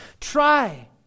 try